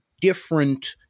different